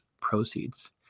proceeds